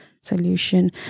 solution